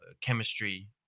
chemistry